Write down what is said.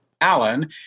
Alan